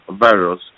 virus